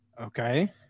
Okay